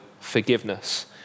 forgiveness